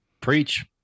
Preach